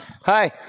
Hi